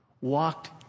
walked